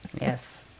yes